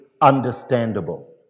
understandable